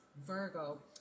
Virgo